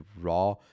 raw